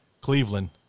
Cleveland